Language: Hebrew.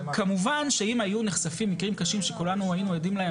כמובן שאם היו נחשפים מקרים קשים שכולנו היינו עדים להם,